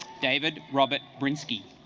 david robert bryn ski